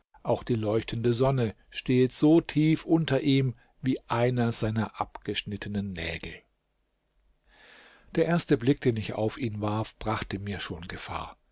auch die leuchtende sonne stehet so tief unter ihm wie einer seiner abgeschnittenen nägel der erste blick den ich auf ihn warf brachte mir schon gefahr